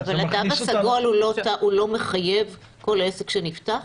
והתו הסגול הוא לא מחייב כל עסק שנפתח?